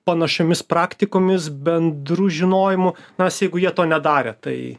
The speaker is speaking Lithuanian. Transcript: panašiomis praktikomis bendru žinojimu nors jeigu jie to nedarė tai